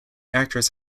actress